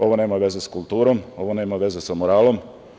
Ovo nema veze sa kulturom, ovo nema veze sa moralom.